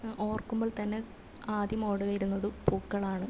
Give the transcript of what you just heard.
ഓർക്കുമ്പോൾ തന്നെ ആദ്യം ഓടി വരുന്നത് പൂക്കളാണ്